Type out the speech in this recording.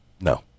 No